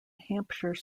hampshire